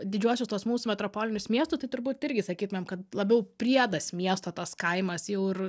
didžiuosius tuos mūsų metropolinius miestus tai turbūt irgi sakytumėm kad labiau priedas miesto tas kaimas jau ir